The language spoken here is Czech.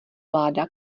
vláda